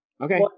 okay